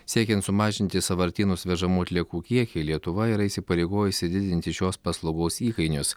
siekiant sumažinti į sąvartynus vežamų atliekų kiekį lietuva yra įsipareigojusi didinti šios paslaugos įkainius